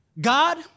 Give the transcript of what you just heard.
God